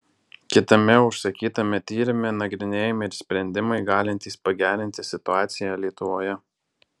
kitame užsakytame tyrime nagrinėjami ir sprendimai galintys pagerinti situaciją lietuvoje